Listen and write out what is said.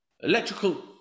electrical